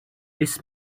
this